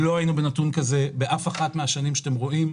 ולא היינו עם נתון כזה באף אחד מהשנים שאתם רואים,